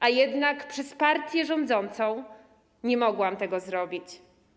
A jednak przez partię rządzącą nie mogłam tego zrobić.